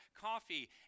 coffee